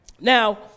Now